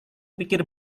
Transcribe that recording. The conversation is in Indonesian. pikir